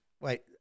Wait